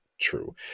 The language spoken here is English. true